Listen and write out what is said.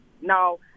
now